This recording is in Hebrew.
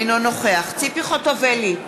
אינו נוכח ציפי חוטובלי,